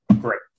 Great